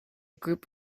group